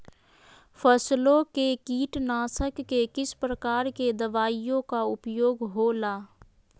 फसलों के कीटनाशक के किस प्रकार के दवाइयों का उपयोग हो ला?